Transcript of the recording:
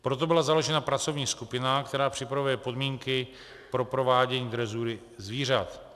Proto byla založena pracovní skupina, která připravuje podmínky pro provádění drezury zvířat.